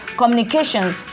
communications